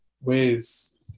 ways